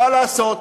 מה לעשות,